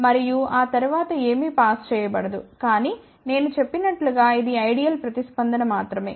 మరియు ఆ తరువాత ఏమీ పాస్ చేయబడదు కానీ నేను చెప్పినట్లుగా ఇది ఐడియల్ ప్రతిస్పందన మాత్రమే